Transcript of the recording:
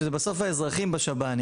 שזה בסוף האזרחים בשב"נים